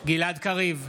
גלעד קריב,